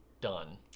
done